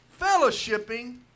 fellowshipping